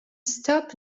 stop